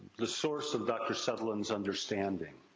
the source of dr. sutherland's understanding.